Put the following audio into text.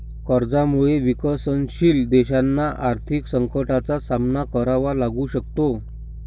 कर्जामुळे विकसनशील देशांना आर्थिक संकटाचा सामना करावा लागू शकतो